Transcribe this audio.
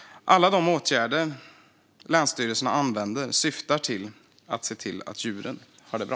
Alla åtgärder som länsstyrelserna använder syftar till att se till att djuren har det bra.